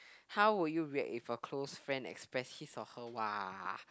how would you react if a close friend express his or her !wah!